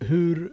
Hur